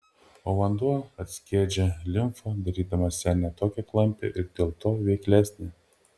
o vanduo atskiedžia limfą darydamas ją ne tokią klampią ir dėl to veiklesnę